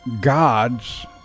god's